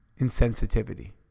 insensitivity